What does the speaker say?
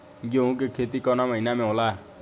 गेहूँ के खेती कवना महीना में होला?